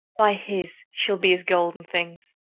by his, shall be as golden things.